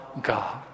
God